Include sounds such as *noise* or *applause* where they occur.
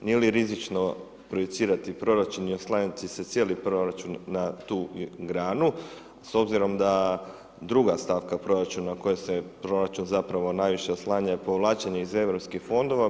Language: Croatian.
Nije li rizično ... *unintelligible* proračun i oslanjati se cijeli proračun na tu granu s obzirom da druga stavka proračuna u kojoj se proračun zapravo najviše oslanja je povlačenje iz EU fondova?